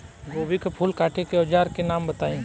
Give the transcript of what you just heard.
गोभी के फूल काटे के औज़ार के नाम बताई?